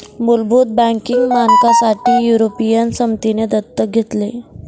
मुलभूत बँकिंग मानकांसाठी युरोपियन समितीने दत्तक घेतले